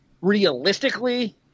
Realistically